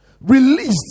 released